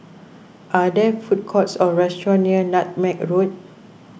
are there food courts or restaurants near Nutmeg Road